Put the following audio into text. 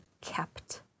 kept